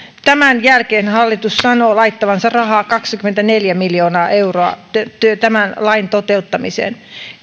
tämän jälkeen hallitus sanoo laittavansa rahaa kaksikymmentäneljä miljoonaa euroa tämän lain toteuttamiseen